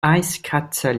eiskratzer